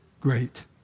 great